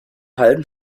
halben